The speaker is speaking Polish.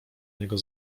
niego